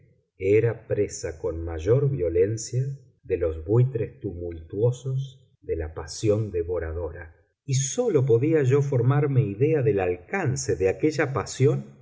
era presa con mayor violencia de los buitres tumultuosos de la pasión devoradora y sólo podía yo formarme idea del alcance de aquella pasión